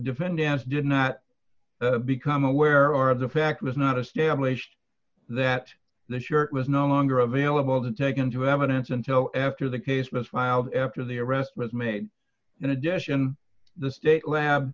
defendants did not become aware of the fact was not established that the shirt was no longer available to take into evidence until after the case was filed after the arrest was made in addition the state lab